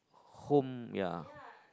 home ya